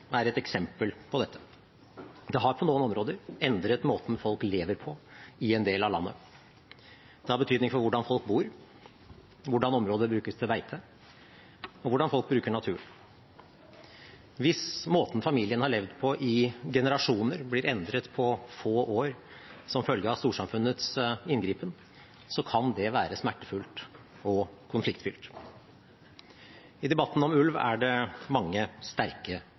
er et eksempel på dette. Det har på noen områder endret måten folk lever på i en del av landet. Det har betydning for hvordan folk bor, hvordan området brukes til beite, og hvordan folk bruker naturen. Hvis måten familier har levd på i generasjoner, blir endret på få år som følge av storsamfunnets inngripen, kan det være smertefullt og konfliktfylt. I debatten om ulv er det mange sterke